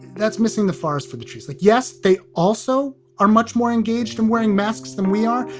that's missing the forest for the trees. like yes. they also are much more engaged and wearing masks than we are.